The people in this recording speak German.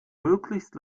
möglichst